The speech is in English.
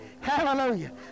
Hallelujah